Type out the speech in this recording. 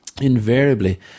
invariably